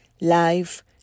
life